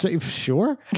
Sure